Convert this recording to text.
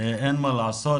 אין מה לעשות,